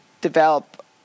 develop